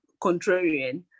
contrarian